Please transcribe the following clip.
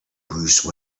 bruce